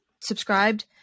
subscribed